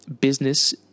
business